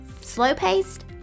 Slow-paced